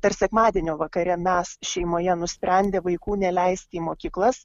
dar sekmadienio vakare mes šeimoje nusprendę vaikų neleisti į mokyklas